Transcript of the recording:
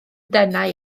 denau